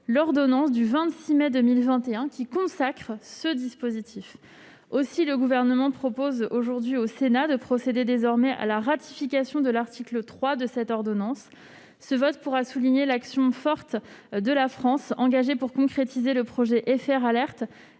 l'ordonnance du 26 mai 2021, qui consacre ce dispositif. Le Gouvernement propose aujourd'hui au Sénat de procéder à la ratification de l'article 3 de cette ordonnance. Ce vote permettra de souligner l'action résolue de la France pour concrétiser le projet de système